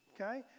Okay